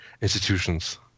institutions